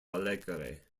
alegre